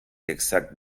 exact